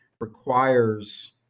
requires